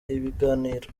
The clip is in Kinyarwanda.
ibiganiro